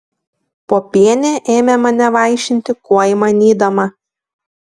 popienė ėmė mane vaišinti kuo įmanydama